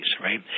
right